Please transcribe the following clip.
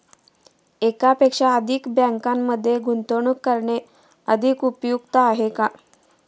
एकापेक्षा अधिक बँकांमध्ये गुंतवणूक करणे अधिक उपयुक्त आहे का?